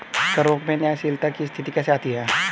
करों में न्यायशीलता की स्थिति कैसे आती है?